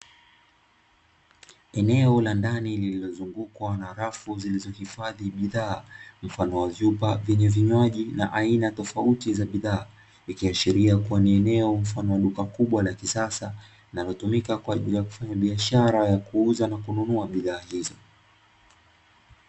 Eneo la ndani lililozungukwa na rafu zilizohifadhi bidhaa mfano wa vyupa vyenye vinywaji na aina tofauti za bidhaa. Likaishira kuwa ni eneo mfano wa duka kubwa la kisasa, linalotumika kwa ajili ya kufanya biashara ya kuuza na kununua bidhaa hizo.